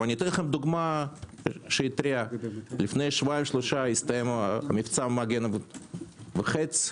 אתן דוגמה טרייה לפני שבועיים שלושה הסתיים מבצע מגן וחץ.